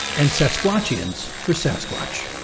and sasquatchians for sasquatch.